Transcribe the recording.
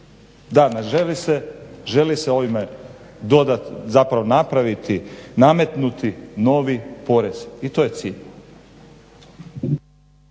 se želi se ovime dodati zapravo napraviti nametnuti novi porez i to je cilj.